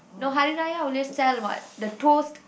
no Hari-Raya always sell what the toast